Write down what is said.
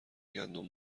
گندم